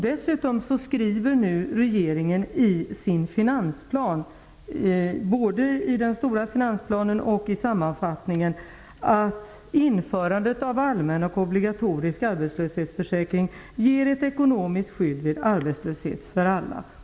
Dessutom skriver regeringen nu i sin finansplan -- och även i sammanfattningen -- att införandet av allmän och obligatorisk arbetslöshetsförsäkring ger ett ekonomiskt skydd för alla vid arbetslöshet.